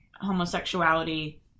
homosexuality